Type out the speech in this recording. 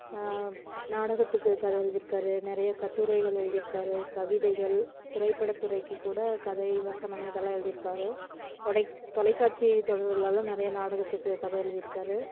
நாடகத்துக்கு கதை எழுதிருக்காரு நிறைய கட்டுரைகள் எழுதிருக்காரு கவிதைகள் திரைப்படத்துறைக்கு கூட கதை வசனம் இதெல்லாம் எழுதிருக்காரு தொலை தொலைக்காட்சி தொடர்லலாம் நிறைய நாடகத்துக்கு கதை எழுதிருக்காரு